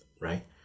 right